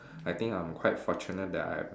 I think I'm quite fortunate that I have